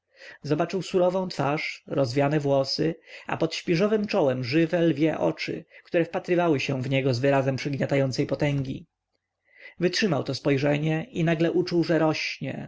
zobaczył surową twarz rozwiane włosy a pod śpiżowem czołem żywe lwie oczy które wpatrywały się w niego z wyrazem przygniatającej potęgi wytrzymał to spojrzenie i nagle uczuł że rośnie